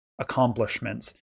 accomplishments